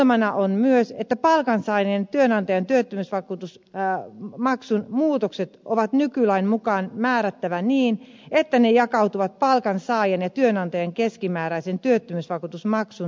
ongelmana on myös että palkansaajien ja työnantajien työttömyysvakuutusmaksun muutokset on nykylain mukaan määrättävä niin että ne jakautuvat palkansaajan ja työnantajan keskimääräisen työttömyysvakuutusmaksun välillä tasan